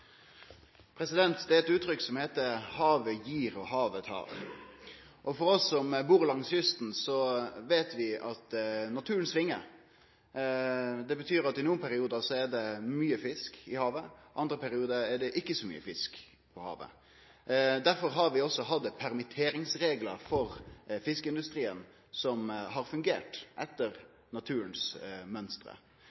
Det er eit uttrykk som heiter at havet gir og havet tar. Vi som bur langs kysten, veit at naturen svingar. Det betyr at det i enkelte periodar er mykje fisk i havet, i andre periodar er det ikkje så mykje. Derfor har vi også hatt permitteringsreglar for fiskeindustrien som har fungert etter